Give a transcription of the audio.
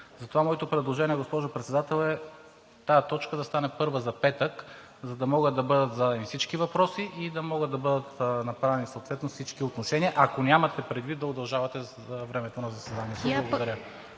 Затова моето предложение, госпожо Председател, е тази точка да стане първа за петък, за да могат да бъдат зададени всички въпроси и да могат да бъдат изразени всички отношения, ако нямате предвид да удължавате времето на заседанието. Благодаря